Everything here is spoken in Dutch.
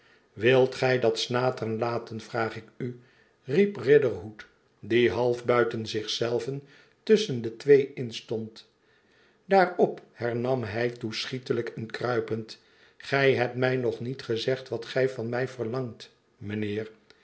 wilt gij dat snateren laten vraag ik u riep riderhood die half buiten zich zelven tusschen de twee in stond daarop hernam hij toe schiëtelijk en kruipend gij hebt mij nog niet gezegd wat gij van mij verlangt mijnheer